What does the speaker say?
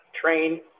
train